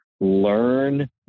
learn